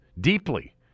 deeply